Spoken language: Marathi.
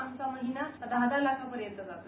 आम्हाला महिना दहा लाखापर्यंत जातो